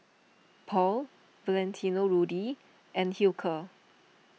Paul Valentino Rudy and Hilker